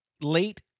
late